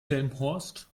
delmenhorst